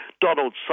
Donald